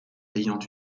ayant